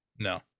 No